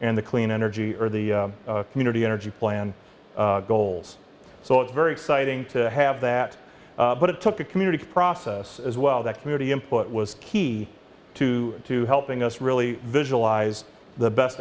and the clean energy or the community energy plan goals so it's very exciting to have that but it took a community process as well that community input was key to to helping us really visualize the best